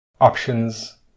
Options